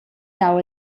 dau